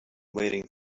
waiting